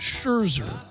Scherzer